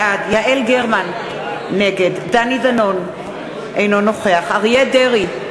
בעד יעל גרמן, נגד דני דנון, אינו נוכח אריה דרעי,